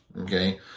Okay